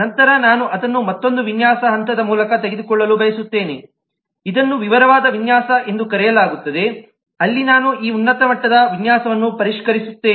ನಂತರ ನಾನು ಅದನ್ನು ಮತ್ತೊಂದು ವಿನ್ಯಾಸ ಹಂತದ ಮೂಲಕ ತೆಗೆದುಕೊಳ್ಳಲು ಬಯಸುತ್ತೇನೆ ಇದನ್ನು ವಿವರವಾದ ವಿನ್ಯಾಸ ಎಂದು ಕರೆಯಲಾಗುತ್ತದೆ ಅಲ್ಲಿ ನಾನು ಈ ಉನ್ನತ ಮಟ್ಟದ ವಿನ್ಯಾಸವನ್ನು ಪರಿಷ್ಕರಿಸುತ್ತೇನೆ